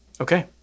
okay